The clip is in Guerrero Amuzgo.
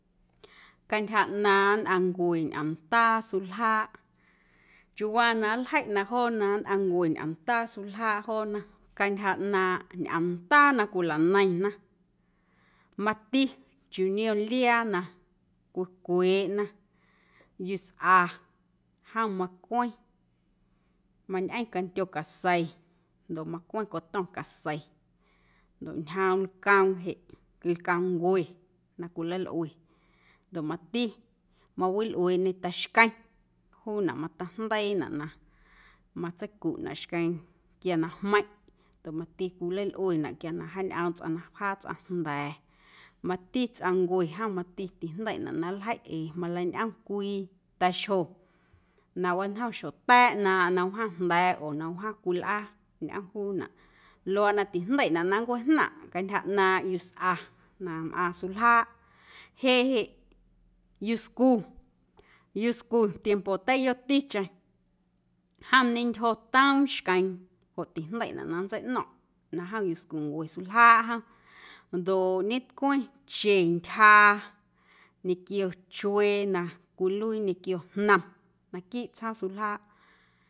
Cantyja ꞌnaaⁿ nnꞌaⁿncue ñomndaa suljaaꞌ chiuuwaa na nljeiꞌ na joona nnꞌaⁿncue ñomndaa suljaaꞌ joona cantyja ꞌnaaⁿꞌ ñꞌoomndaa na cwilaneiⁿna mati chiuu niom liaa na cwicweeꞌna yusꞌa jom macweⁿ mañꞌeⁿ cantyo casei ndoꞌ macweⁿ cotom casei ndoꞌ ñjoom lcoom jeꞌ lcoomncue na cwilalꞌue ndoꞌ mati mawilꞌueeꞌñe taxqueⁿ juunaꞌ mateijndeiinaꞌ na mtaseicuꞌnaꞌ xqueeⁿ quia na jmeiⁿꞌ ndoꞌ mati cwilalꞌuena quia na jaañꞌoom tsꞌaⁿ na wjaa tsꞌaⁿ jnda̱a̱ mati tsꞌaⁿncue jom tijndeiꞌnaꞌ na nljeiꞌ ee malañꞌom cwii taxjo na wañjom xjota̱a̱ ꞌnaaⁿꞌaⁿ na wjaⁿ jnda̱a̱ oo na wjaⁿ cwii lꞌaa ñꞌom juunaꞌ luaaꞌ na tijndeiꞌnaꞌ na nncwajnaⁿꞌ ntyja ꞌnaaⁿꞌ yusꞌa na mꞌaaⁿ suljaaꞌ. Jeꞌ jeꞌ yuscu, yuscu tiempo teiyoticheⁿ jom ñentyjo toom xqueeⁿ joꞌ tijndeiꞌnaꞌ na nntseiꞌno̱ⁿꞌ na jom yuscuncue suljaaꞌ jom ndoꞌ ñetcweⁿ chentyjaa ñequio chuee na cwiluii ñequio jnom naquiiꞌ tsjoom suljaaꞌ.